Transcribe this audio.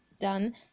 done